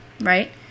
right